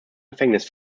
gefängnis